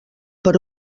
per